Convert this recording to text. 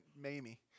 Mamie